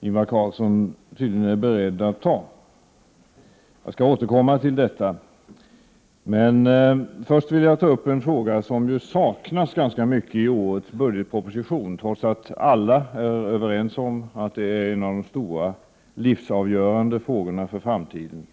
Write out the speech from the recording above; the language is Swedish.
Ingvar Carlsson tydligen är beredd att ta upp. Låt mig återkomma till detta. Först skall jag beröra en fråga som till stor del saknas i budgetpropositionen, trots att alla är överens om att det är en av de stora livsavgörande frågorna för framtiden.